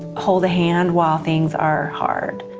hold a hand while things are hard.